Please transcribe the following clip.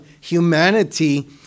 humanity